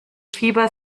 fieber